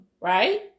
Right